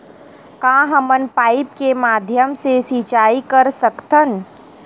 का हमन पाइप के माध्यम से सिंचाई कर सकथन?